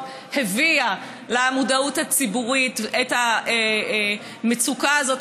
הביאה למודעות הציבורית את המצוקה הזאת,